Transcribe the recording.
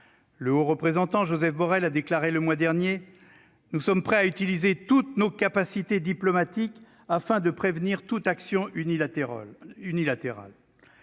européenne, Josep Borrell, a déclaré le mois dernier :« Nous sommes prêts à utiliser toutes nos capacités diplomatiques afin de prévenir toute forme d'action unilatérale.